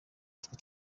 utwo